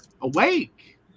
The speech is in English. awake